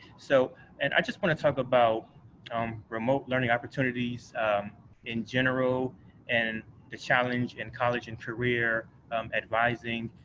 so and i just want to talk about um remote learning opportunities in general and the challenge in college and career advising.